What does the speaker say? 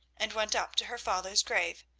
and went up to her father's grave,